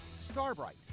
Starbright